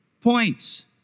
points